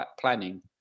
planning